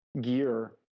gear